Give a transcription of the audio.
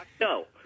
No